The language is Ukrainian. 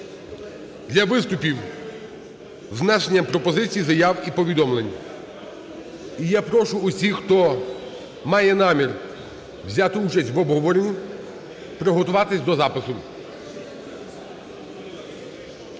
для виступів з внесенням пропозицій, заяв і повідомлень. І я прошу усіх, хто має намір взяти участь в обговоренні, приготуватися до запису.